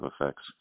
effects